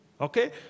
Okay